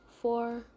four